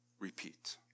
Repeat